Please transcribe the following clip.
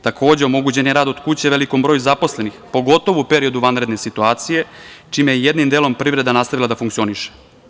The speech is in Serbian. Takođe, omogućen je rad od kuće velikom broju zaposlenih, pogotovo u periodu vanredne situacije, čime je jednim delom privreda nastavila da funkcioniše.